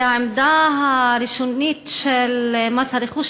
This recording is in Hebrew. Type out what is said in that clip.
היא שהעמדה הראשונית של מס רכוש,